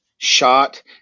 Shot